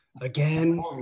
again